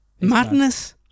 Madness